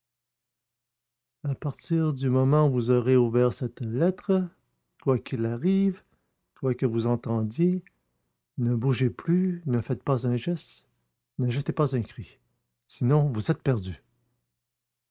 à partir du moment où vous aurez ouvert cette lettre quoi qu'il arrive quoi que vous entendiez ne bougez plus ne faites pas un geste ne jetez pas un cri sinon vous êtes perdu